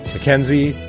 mackenzie,